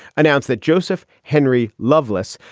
announced that joseph henry loveless,